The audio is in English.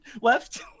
left